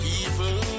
evil